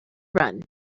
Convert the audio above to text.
run